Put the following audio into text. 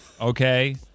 Okay